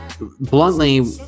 bluntly